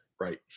right